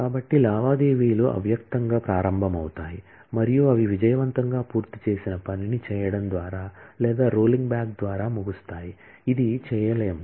కాబట్టి లావాదేవీలు అవ్యక్తంగా ప్రారంభమవుతాయి మరియు అవి విజయవంతంగా పూర్తి చేసిన పనిని చేయడం ద్వారా లేదా రోలింగ్ బ్యాక్ ద్వారా ముగుస్తాయి ఇది చేయలేము